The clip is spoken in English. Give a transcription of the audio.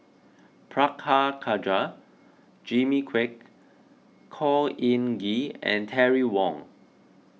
Prabhakara Jimmy Quek Khor Ean Ghee and Terry Wong